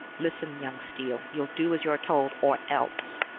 listen, young steele, you'll do as you're told, or else!